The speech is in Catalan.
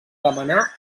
demanar